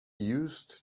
used